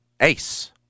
ace